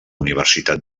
universitat